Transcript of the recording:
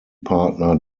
partner